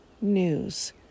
news